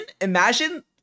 imagine